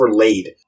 overlaid –